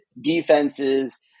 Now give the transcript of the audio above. defenses